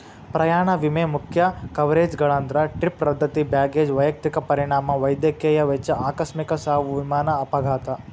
ಪ್ರಯಾಣ ವಿಮೆ ಮುಖ್ಯ ಕವರೇಜ್ಗಳಂದ್ರ ಟ್ರಿಪ್ ರದ್ದತಿ ಬ್ಯಾಗೇಜ್ ವೈಯಕ್ತಿಕ ಪರಿಣಾಮ ವೈದ್ಯಕೇಯ ವೆಚ್ಚ ಆಕಸ್ಮಿಕ ಸಾವು ವಿಮಾನ ಅಪಘಾತ